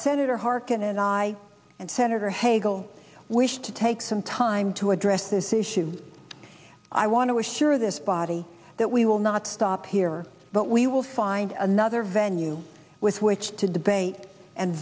senator harkin and i and senator hagel wish to take some time to address this issue i want to assure this body that we will not stop here but we will find another venue with which to debate and